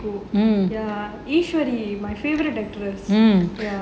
eswari my favourite actress